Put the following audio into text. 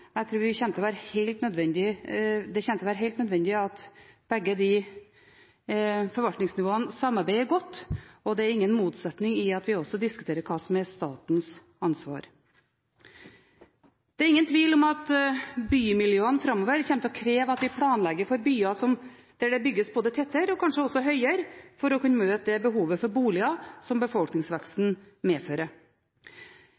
Jeg tror det kommer til å være helt nødvendig at begge de forvaltningsnivåene samarbeider godt. Det er ingen motsetning til dette at vi diskuterer hva som er statens ansvar. Det er ingen tvil om at bymiljøene framover kommer til å kreve at vi planlegger for byer der det bygges tettere og kanskje høyere, for å kunne møte behovet for boliger som befolkningsveksten